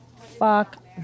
fuck